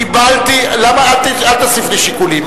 אל תוסיף לי שיקולים,